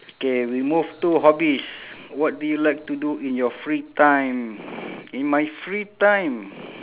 K we move to hobbies what do you like to do in your free time in my free time